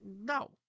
no